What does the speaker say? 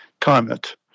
climate